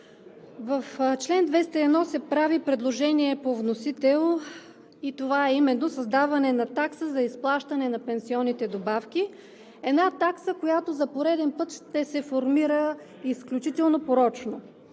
В чл. 201 се прави предложение по вносител и това е именно създаване на такса за изплащане на пенсионните добавки – такса, която за пореден път ще се формира изключително порочно.